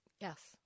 yes